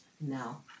now